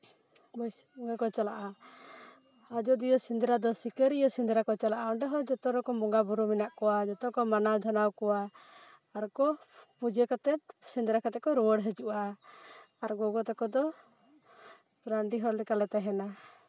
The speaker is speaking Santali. ᱵᱟᱹᱭᱥᱟᱹᱠᱷ ᱵᱚᱸᱜᱟ ᱠᱚ ᱪᱟᱞᱟᱜᱼᱟ ᱟᱡᱳᱫᱤᱭᱟᱹ ᱥᱮᱸᱫᱽᱨᱟ ᱫᱚ ᱥᱤᱠᱟᱹᱨᱤᱭᱟᱹ ᱥᱮᱸᱫᱽᱨᱟ ᱠᱚ ᱪᱟᱞᱟᱜᱼᱟ ᱚᱸᱰᱮ ᱦᱚᱸ ᱡᱚᱛᱚ ᱨᱚᱠᱚᱢ ᱵᱚᱸᱜᱟᱼᱵᱳᱨᱳ ᱢᱮᱱᱟᱜ ᱠᱚᱣᱟ ᱡᱚᱛᱚ ᱠᱚ ᱢᱟᱱᱟᱣ ᱫᱷᱚᱱᱟᱣ ᱠᱚᱣᱟ ᱟᱨᱠᱚ ᱯᱩᱡᱟᱹ ᱠᱟᱛᱮ ᱥᱮᱸᱫᱽᱨᱟ ᱠᱟᱛᱮ ᱠᱚ ᱨᱩᱣᱟᱹᱲ ᱦᱤᱡᱩᱜᱼᱟ ᱟᱨ ᱜᱚᱜᱚ ᱛᱟᱠᱚ ᱫᱚ ᱨᱟᱺᱰᱤ ᱦᱚᱲ ᱞᱮᱠᱟᱞᱮ ᱛᱟᱦᱮᱱᱟ